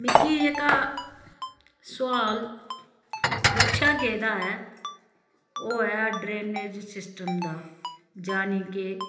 मिकी जेह्का सुआल पुच्छेआ गेदा ऐ ओह् ऐ ड्रेनेज सिस्टम दा जानी के